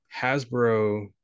Hasbro